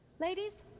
Ladies